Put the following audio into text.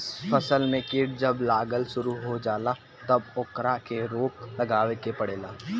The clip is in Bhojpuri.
फसल में कीट जब लागल शुरू हो जाला तब ओकरा के रोक लगावे के पड़ेला